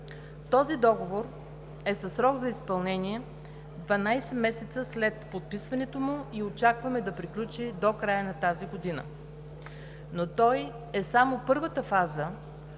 Този договор е със срок за изпълнение 12 месеца след подписването му, и очакваме да приключи до края на тази година. Той обаче е само първата фаза